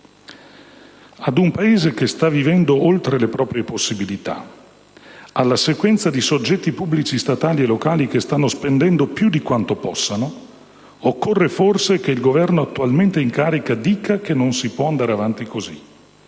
Ad un Paese che sta vivendo oltre le proprie possibilità e alla sequenza di soggetti pubblici, statali e locali che stanno spendendo più di quanto possano, occorre forse che il Governo attualmente in carica dica che non si può andare avanti così